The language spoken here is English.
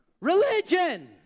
Religion